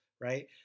right